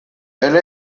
elle